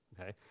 okay